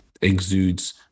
exudes